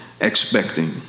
expecting